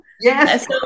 Yes